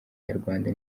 nyarwanda